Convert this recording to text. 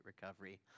Recovery